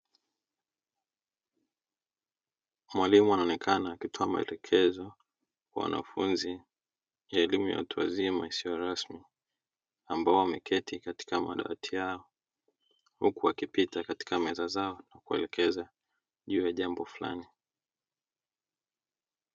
Mwalimu anaonekana akitoa maelekezo kwa wanafunzi ya elimu ya watu wazima isiyo rasmi ambao wameketi katika madawati yao, huku akipita katika meza zao kuelekeza juu ya jambo fulani.